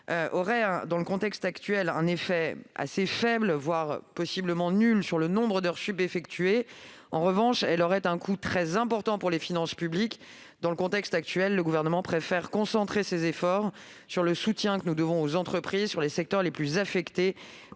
aurait, dans le contexte actuel, un effet assez faible, voire nul, sur le nombre d'heures supplémentaires effectué. En revanche, elle aurait un coût très important pour les finances publiques. Dans le contexte actuel, le Gouvernement préfère donc concentrer ses efforts sur le soutien aux entreprises dans les secteurs les plus affectés